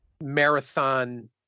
marathon